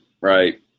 right